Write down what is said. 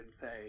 say